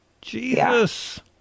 Jesus